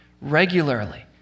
regularly